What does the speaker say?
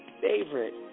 favorite